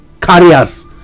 carriers